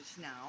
now